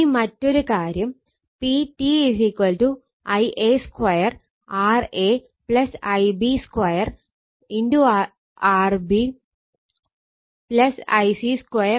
ഇനി മറ്റൊരു കാര്യം PT Ia2 RA Ib 2 RB Ic2 RC